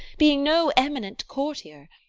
being no eminent courtier,